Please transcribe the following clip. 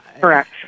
Correct